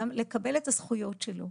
גם כדי לקבל את הזכויות שלו.